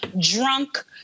drunk